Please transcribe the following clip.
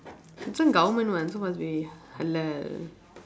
this one government one so must be halal